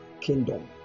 kingdom